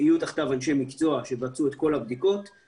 יהיו תחתיו אנשי מקצוע שיבצעו את כל הבדיקות,